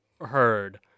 heard